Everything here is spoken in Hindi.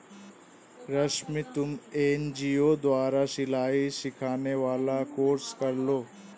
रश्मि तुम एन.जी.ओ द्वारा सिलाई सिखाने वाला कोर्स कर लो